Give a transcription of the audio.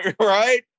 Right